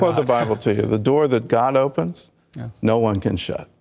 but the bible to the door that god opens that's no one can show.